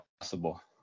possible